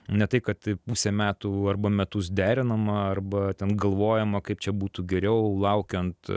ne tai kad pusę metų arba metus derinama arba ten galvojama kaip čia būtų geriau laukiant